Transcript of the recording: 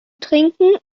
trinken